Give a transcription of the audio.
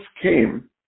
came